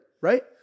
Right